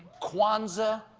kwanzaa,